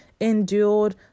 endured